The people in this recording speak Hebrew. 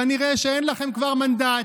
כנראה שכבר אין לכם מנדט.